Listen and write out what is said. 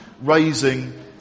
raising